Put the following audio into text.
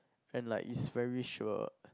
and like it's very sure